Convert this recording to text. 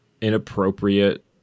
inappropriate